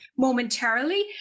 momentarily